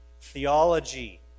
Theology